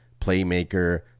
playmaker